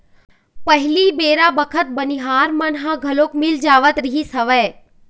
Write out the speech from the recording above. पहिली बेरा बखत बनिहार मन ह घलोक मिल जावत रिहिस हवय